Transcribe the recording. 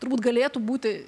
turbūt galėtų būti